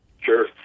Sure